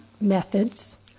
methods